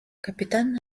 капитан